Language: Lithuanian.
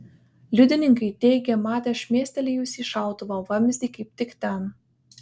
liudininkai teigė matę šmėstelėjusį šautuvo vamzdį kaip tik ten